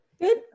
Good